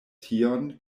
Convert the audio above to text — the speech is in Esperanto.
tion